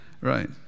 right